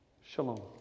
Shalom